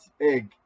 egg